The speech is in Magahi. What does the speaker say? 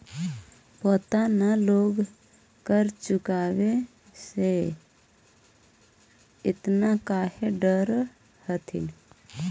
पता न लोग कर चुकावे से एतना काहे डरऽ हथिन